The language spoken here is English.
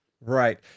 Right